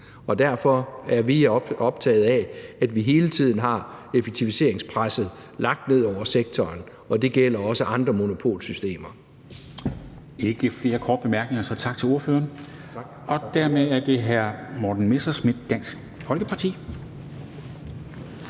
Derfor er vi optaget af, at vi hele tiden har effektiviseringspresset lagt ned over sektoren, og det gælder også andre monopolsystemer.